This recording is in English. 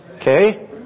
Okay